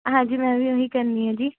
ਹਾਂਜੀ ਮੈਂ ਵੀ ਉਹੀ ਕਰਨੀ ਆ ਜੀ